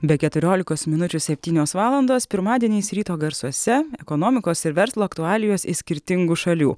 be keturiolikos minučių septynios valandos pirmadieniais ryto garsuose ekonomikos ir verslo aktualijos iš skirtingų šalių